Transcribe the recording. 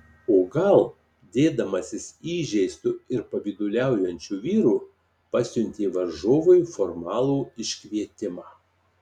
o gal dėdamasis įžeistu ir pavyduliaujančiu vyru pasiuntė varžovui formalų iškvietimą